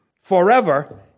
forever